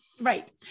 right